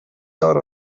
dot